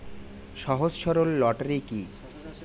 সহজ সরল রোটারি কি?